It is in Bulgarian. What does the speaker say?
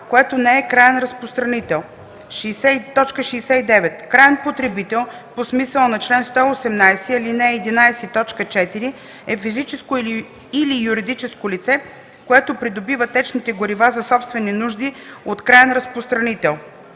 което не е краен разпространител. 69. „Краен потребител” по смисъла на чл. 118, ал. 11, т. 4 е физическо или юридическо лице, което придобива течните горива за собствени нужди от краен разпространител.